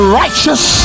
righteous